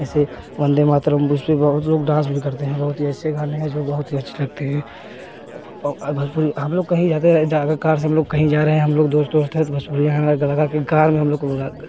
ऐसे वंदे मातरम उस में बहुत लोग डांस भी करते हैं बहुत ही ऐसे गाने हैं जो बहुत ही अच्छे लगते हैं भोजपुरी हम लोग कहीं जाते हैं जाकर कार से हम लोग कहीं जा रहे हैं हम लोग दोस्त दोस्त हैं तो भोजपुरीया गाना लगा कर कार में हम लोग को